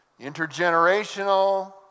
intergenerational